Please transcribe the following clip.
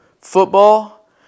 football